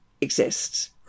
exists